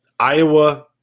Iowa